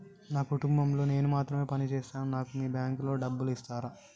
నా కుటుంబం లో నేను మాత్రమే పని చేస్తాను నాకు మీ బ్యాంకు లో డబ్బులు ఇస్తరా?